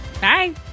Bye